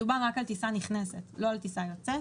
מדובר רק על טיסה נכנסת, לא על טיסה יוצאת.